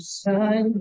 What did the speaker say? sun